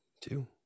two